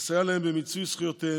לסייע להם במיצוי זכויותיהם,